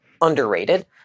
underrated